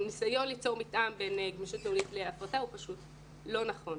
והניסיון ליצור מתאם בין גמישות ניהולית להפרטה הוא פשוט לא נכון.